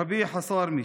רביע חסארמה,